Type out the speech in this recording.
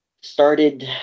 started